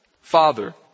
Father